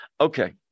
Okay